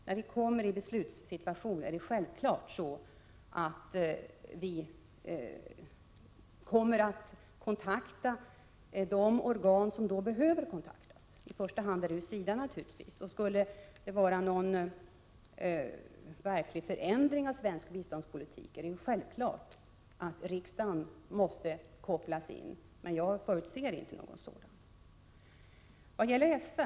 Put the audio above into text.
När vi kommer i en beslutssituation, kommer vi givetvis att kontakta de organ som då behöver kontaktas — i första hand SIDA naturligtvis. Om beslutet innebär en verklig förändring av svensk biståndspolitik måste riksdagen självfallet kopplas in. Men jag förutser inte någon sådan förändring.